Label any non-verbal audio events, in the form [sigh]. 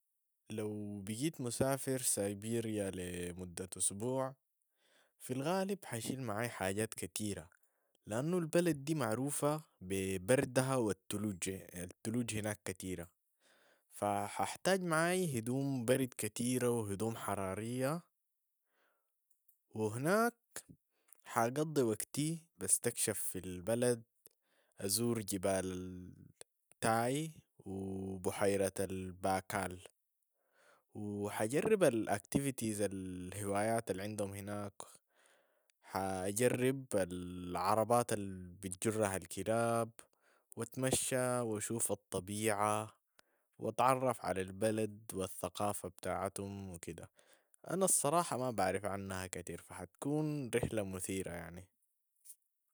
لو بقيت مسافر [noise] سيبيريا لي مدة أسبوع، في الغالب حاشل [noise] معاي حاجات كتيرة، لأنو البلد دي معروفة بي بردها و التلوج، التلوج هناك كتيرة، فححتاج معاي هدوم برد كتيرة و هدوم حرارية و هناك حقضي وقتي بستكشف في البلد أزور جبال ال- تاي و بحيرة الباكال و حجرب الـ activities الهوايات العندهم هناك حجرب [noise] ال- عربات ال- بتجرها الكلاب و اتمشى [noise] و اشوف الطبيعة و تعرف على البلد و الثقافة بتاعتهم وكده. أنا الصراحة ما بعرف عنها كتير فحتكون [noise] رحلة مثيرة يعني.